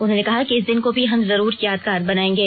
उन्होंने कहा कि इस दिन को भी हम जरूर यादगार बनायेंगे